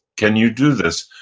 can you do this?